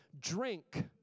drink